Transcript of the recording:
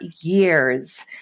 years